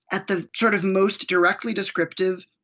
at the sort of most directly descriptive!